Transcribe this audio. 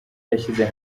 yashyize